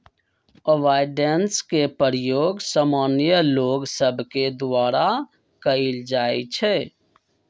avoidance के प्रयोग सामान्य लोग सभके द्वारा कयल जाइ छइ